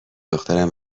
دخترم